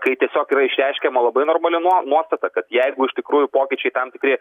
kai tiesiog yra išreiškiama labai normali nuo nuostata kad jeigu iš tikrųjų pokyčiai tam tikri